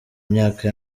myaka